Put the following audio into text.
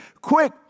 quick